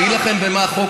אני אגיד לכם על מה החוק,